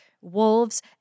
wolves